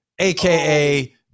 AKA